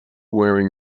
wearing